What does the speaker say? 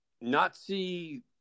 Nazi